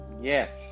Yes